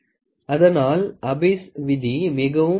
அதனால் அபிஸ் விதி மிகவும் முக்கியம்